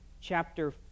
chapter